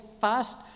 fast